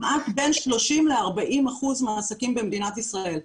כמעט בין 30% ל-40% מהעסקים במדינת ישראל.